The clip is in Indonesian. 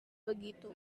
begitu